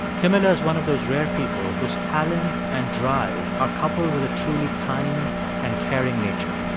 camila is one of those rare people whose talent and drive are coupled with a truly kind and caring nature.